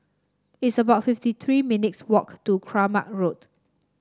it's about fifty three minutes walk to Kramat Road